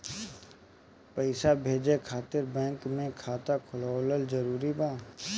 पईसा भेजे खातिर बैंक मे खाता खुलवाअल जरूरी बा?